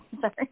Sorry